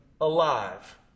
alive